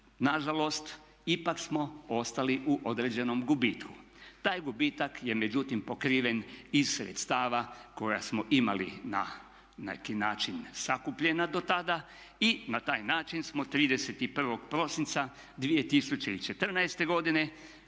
na žalost ipak smo ostali u određenom gubitku. Taj gubitak je međutim pokriven iz sredstava koja smo imali na neki način sakupljena do tada i na taj način smo 31. prosinca 2014. godine